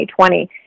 2020